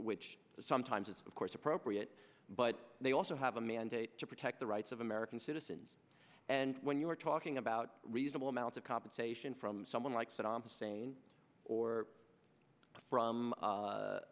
which sometimes is of course appropriate but they also have a mandate to protect the rights of american citizens and when you're talking about reasonable amounts of compensation from someone like saddam hussein or